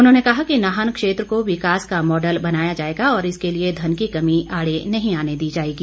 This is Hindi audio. उन्होंने कहा कि नाहन क्षेत्र को विकास का मॉडल बनाया जाएगा और इसके लिए घन की कमी आड़े नहीं आने दी जाएगी